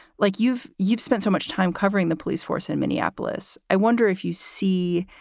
like, you've you've spent so much time covering the police force in minneapolis. i wonder if you see